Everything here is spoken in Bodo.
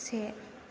से